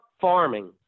farming